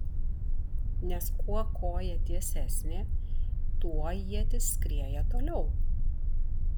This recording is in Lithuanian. nes kuo koja tiesesnė tuo ietis skrieja toliau